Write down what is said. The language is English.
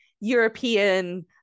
European